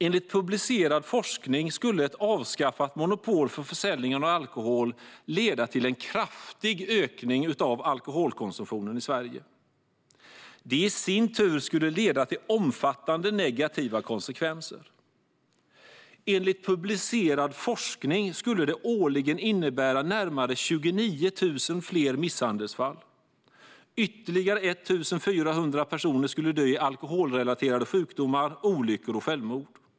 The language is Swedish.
Enligt publicerad forskning skulle ett avskaffat monopol på försäljning av alkohol leda till en kraftig ökning av alkoholkonsumtionen i Sverige. Det skulle i sin tur få omfattande negativa konsekvenser. Enligt publicerad forskning skulle det årligen innebära närmare 29 000 fler misshandelsfall. Ytterligare 1? 400 personer skulle dö i alkoholrelaterade sjukdomar, olyckor och självmord.